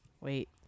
Wait